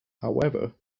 however